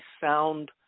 sound